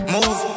Move